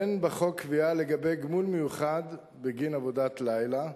אין בחוק קביעה לגבי גמול מיוחד בגין עבודת לילה.